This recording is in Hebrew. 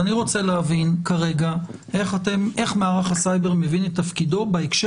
אני רוצה להבין כרגע איך מערך הסייבר מבין את תפקידו בהקשר